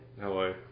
Hello